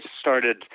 started